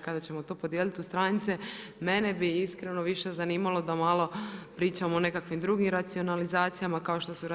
Kada ćemo to podijeliti u stranice, mene bi iskreno više zanimalo, da malo pričamo o nekakvim drugim racionalizacijama, kao što su